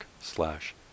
slash